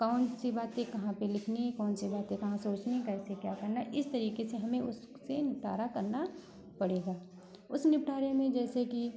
कौन सी बातें कहाँ पे लिखनी हैं कौन सी बातें कहाँ पे होती है कैसे क्या करना इस तरीके से हमें उससे निपटारा करना पड़ेगा उस निपटारे में जैसे कि